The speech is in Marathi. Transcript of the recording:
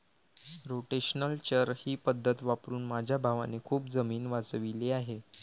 रोटेशनल चर ही पद्धत वापरून माझ्या भावाने खूप जमीन वाचवली आहे